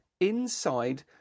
inside